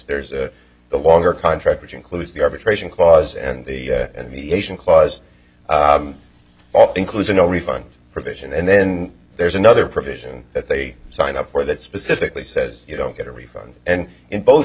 there's a longer contract which includes the arbitration clause and the and the asian clause often includes a no refund provision and then there's another provision that they sign up for that specifically says you don't get a refund and in both